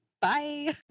Bye